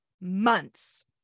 months